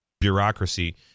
bureaucracy